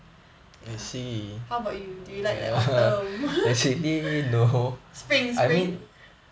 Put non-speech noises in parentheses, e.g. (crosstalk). how about you do you like autumn (laughs) spring spring